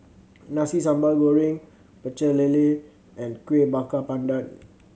Nasi Sambal Goreng Pecel Lele and Kueh Bakar Pandan